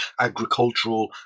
agricultural